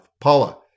Paula